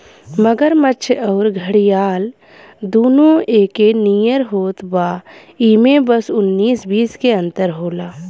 मगरमच्छ अउरी घड़ियाल दूनो एके नियर होत बा इमे बस उन्नीस बीस के अंतर होला